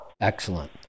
Excellent